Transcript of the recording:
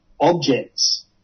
objects